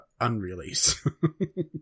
unrelease